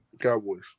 Cowboys